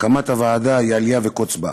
הקמת הוועדה היא אליה וקוץ בה.